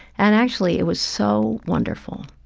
and actually, it was so wonderful.